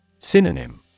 Synonym